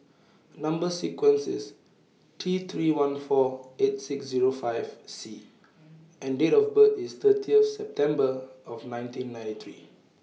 Number sequence IS T three one four eight six Zero five C and Date of birth IS thirty September of nineteen ninety three